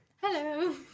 Hello